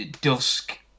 dusk